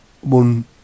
one